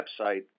website